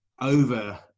over